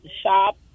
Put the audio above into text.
shop